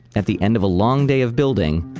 at the end of a long day of building,